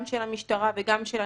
גם של המשטרה וגם של הנציבות,